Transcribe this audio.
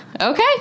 okay